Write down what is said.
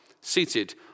seated